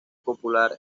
popular